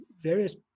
various